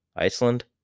Iceland